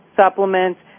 supplements